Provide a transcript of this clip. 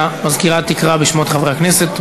אז המזכירה תקרא בשמות חברי הכנסת,